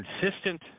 consistent